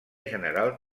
general